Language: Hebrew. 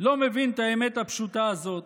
לא מבין את האמת הפשוטה הזאת,